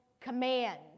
command